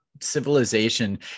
civilization